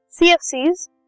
CFCs